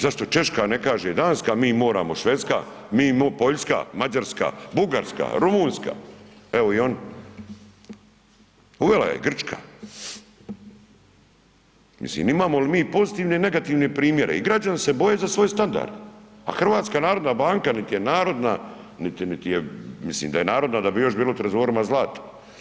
Zašto Češka ne kaže, Danska mi moramo, Švedska, Poljska, Mađarska, Bugarska, Rumunjska evo i oni, uvela je i Grčka mislim imamo li mi pozitivne i negativne primjere i građani se boje za svoj standard, a HNB nit je narodna, nit je mislim da je narodna da bi još bilo u trezorima zlata.